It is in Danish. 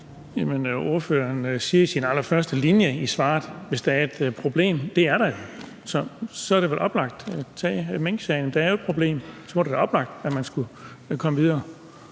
ordføreren siger i den allerførste linje af sit svar: Hvis der er et problem. Det er der jo. Så er det vel oplagt at tage minksagen; der er jo et problem. Så må det være oplagt, at man skulle komme videre.